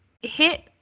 hit